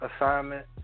assignment